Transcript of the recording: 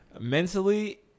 Mentally